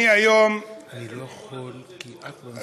אני היום, לאיזה כיוון אתה רוצה לדחוף את זה?